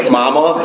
mama